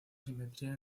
simetría